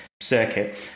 circuit